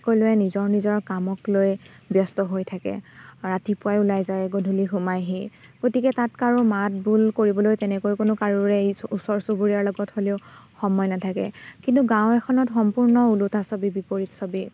সকলোৱে নিজৰ নিজৰ কামক লৈ ব্যস্ত হৈ থাকে আৰু ৰাতিপুৱাই ওলাই যায় গধূলি সোমাইহি গতিকে তাত কাৰো মাত বোল কৰিবলৈ তেনেকৈ কোনো কাৰোৰে ইচু ওচৰ চুবুৰীয়াৰ লগত হ'লেও সময় নাথাকে কিন্তু গাঁও এখনত সম্পূৰ্ণ ওলোটা ছবি বিপৰীত ছবি